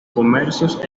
comercios